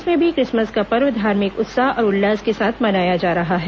प्रदेश में भी क्रिसमस का पर्व धार्मिक उत्साह और उल्लास के साथ मनाया जा रहा है